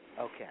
Okay